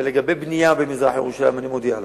לגבי בנייה במזרח-ירושלים, אני מודיע לך,